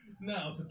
Now